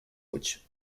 which